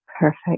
Perfect